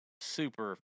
Super